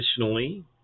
Additionally